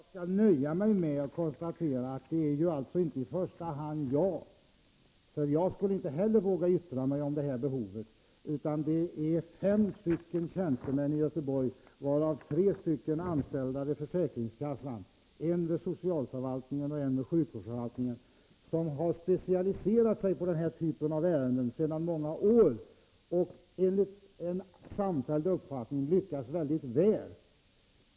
Herr talman! Jag skall nöja mig med att konstatera att det inte är jag som yttrat mig — jag skulle inte våga yttra mig om detta behov — utan att det är fem tjänstemän i Göteborg som gjort det, varav tre anställda vid försäkringskassan, en vid socialförvaltningen och en vid sjukvårdsförvaltningen. De har sedan många år specialiserat sig på denna typ av ärenden och enligt en samfälld uppfattning lyckats mycket väl.